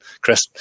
Chris